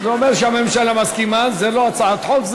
זה אומר שהממשלה מסכימה שזו לא הצעת חוק,